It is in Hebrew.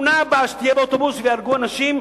התאונה הבאה שתהיה באוטובוס וייהרגו אנשים,